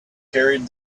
carried